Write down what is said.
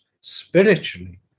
spiritually